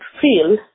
feel